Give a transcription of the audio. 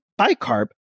bicarb